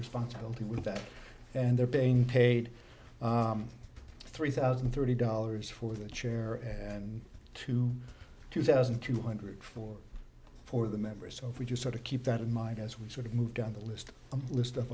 responsibility with that and they're being paid three thousand and thirty dollars for the chair and two two thousand two hundred four for the members so if we just sort of keep that in mind as we sort of move down the list a list of